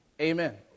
Amen